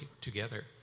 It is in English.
together